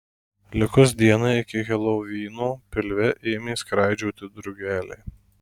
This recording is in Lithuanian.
likus dienai iki helovino pilve ėmė skraidžioti drugeliai